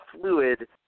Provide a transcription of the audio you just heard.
fluid